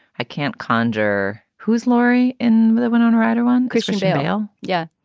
i can't conjure who's laurie in winona ryder on. christian bale. yeah,